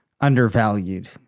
Undervalued